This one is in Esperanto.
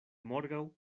morgaŭ